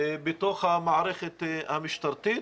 בתוך המערכת המשטרתית,